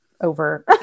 over